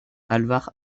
alvar